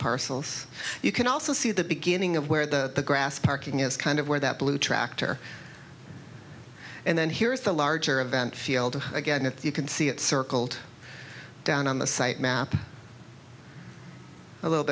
parcels you can also see the beginning of where the grass parking is kind of where that blue tractor and then here's the larger event field again if you can see it circled down on the site map a little